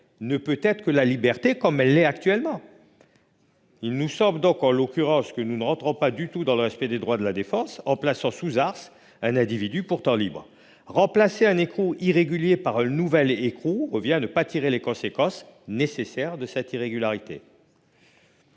ne peut être que la liberté, comme c'est le cas actuellement ! Il nous semble que nous ne rentrons pas du tout dans le respect des droits de la défense en plaçant sous Arse un individu libre. Remplacer un écrou irrégulier par un nouvel écrou revient à ne pas tirer les conséquences nécessaires de cette irrégularité.